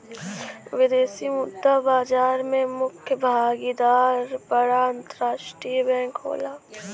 विदेशी मुद्रा बाजार में मुख्य भागीदार बड़ा अंतरराष्ट्रीय बैंक होला